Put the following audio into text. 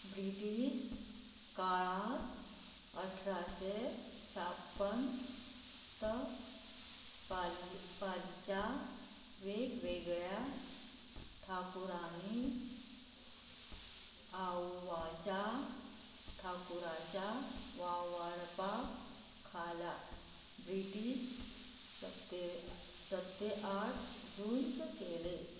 British काळांत अठराशे शाप्पन त पाली पालीच्या वेगवेगळ्या ठाकुरांनी आवाच्या ठाकुराच्या वावरपाक खाला ब्रिटीश सत्ते सत्ते आड झूंज केलें